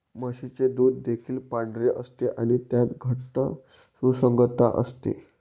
म्हशीचे दूध देखील पांढरे असते आणि त्यात घट्ट सुसंगतता असते